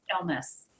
Illness